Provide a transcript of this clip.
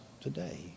today